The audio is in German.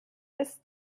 ist